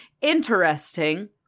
Interesting